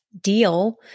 deal